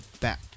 back